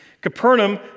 Capernaum